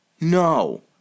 No